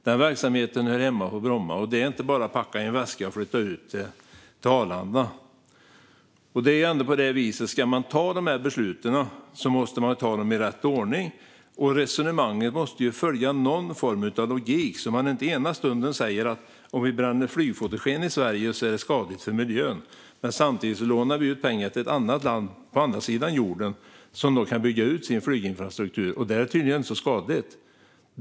Den verksamheten hör hemma på Bromma, och den är det inte bara att packa i en väska och flytta ut till Arlanda. Om man ska fatta de här besluten måste man göra det i rätt ordning. Resonemanget måste ju följa någon form av logik, så att man inte ena stunden säger att om vi bränner flygfotogen i Sverige är det skadligt för miljön och samtidigt lånar ut pengar till ett annat land på andra sidan jorden som då kan bygga ut sin flyginfrastruktur. Där är det tydligen inte så skadligt.